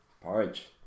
Porridge